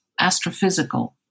astrophysical